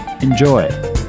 Enjoy